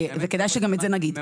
אז זה גם כלכלי למדינת ישראל, אז